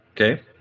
Okay